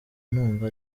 numva